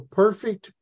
perfect